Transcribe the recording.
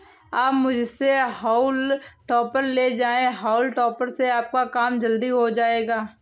आप मुझसे हॉउल टॉपर ले जाएं हाउल टॉपर से आपका काम जल्दी हो जाएगा